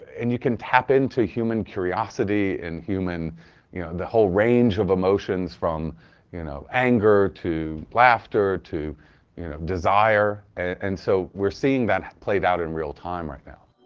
and you can tap into human curiosity and you know the whole range of emotions from you know anger to laughter to you know desire and so we're seeing that played out in real time right now.